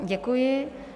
Děkuji.